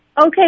Okay